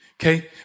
Okay